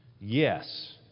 Yes